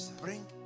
bring